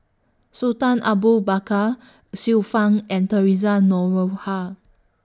Sultan Abu Bakar Xiu Fang and Theresa Noronha